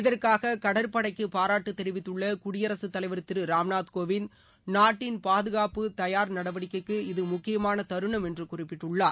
இதற்காக கடற்படைக்கு பாராட்டு தெரிவித்துள்ள குடியரசுத் தலைவர் திரு ராம்நாத் கோவிந்த் நாட்டின் பாதுகாப்பு தயார் நடவடிக்கைக்கு இது முக்கியமான தருணம் என்று குறிப்பிட்டுள்ளார்